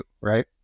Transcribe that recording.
right